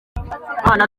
abana